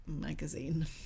magazine